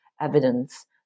evidence